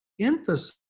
emphasis